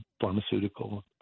pharmaceutical